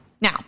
Now